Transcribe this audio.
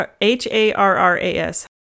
H-A-R-R-A-S